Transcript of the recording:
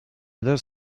other